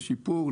לשיפור,